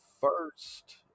first